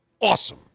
awesome